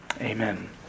Amen